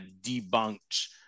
debunked